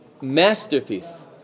masterpiece